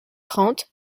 trente